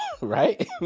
right